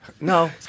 No